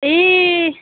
ए